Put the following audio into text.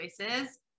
choices